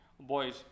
boys